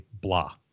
blah